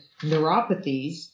neuropathies